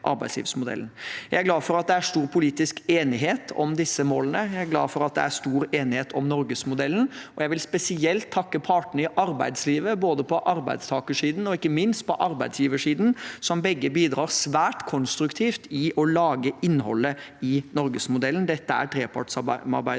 Jeg er glad for at det er stor politisk enighet om disse målene. Jeg er glad for at det er stor enighet om norgesmodellen. Jeg vil spesielt takke partene i arbeidslivet, både på arbeidstakersiden og ikke minst på arbeidsgiversiden, som begge bidrar svært konstruktivt til å lage innholdet i norgesmodellen. Dette er trepartssamarbeidet